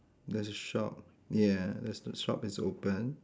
there's a shop yeah there's the shop it's open